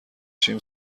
شیم